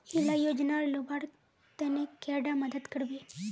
इला योजनार लुबार तने कैडा मदद करबे?